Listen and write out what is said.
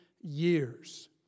years